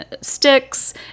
sticks